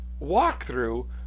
walkthrough